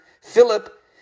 Philip